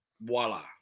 Voila